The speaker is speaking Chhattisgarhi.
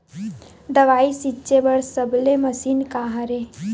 दवाई छिंचे बर सबले मशीन का हरे?